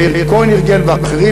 מאיר כהן ארגן ואחרים,